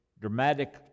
dramatic